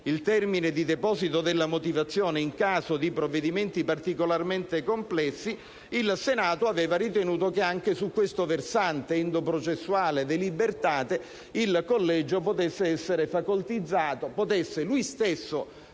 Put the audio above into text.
il termine di deposito della motivazione in caso di provvedimenti particolarmente complessi). Il Senato aveva ritenuto che, anche su questo versante, endoprocessuale, *de libertate*, il collegio potesse essere facoltizzato, ossia potesse esso stesso